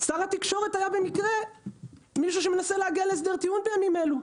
שר התקשורת היה במקרה מישהו שמנסה להגיע להסדר טיעון בימים אלה.